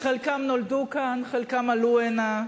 חלקם נולדו כאן, חלקם עלו הנה.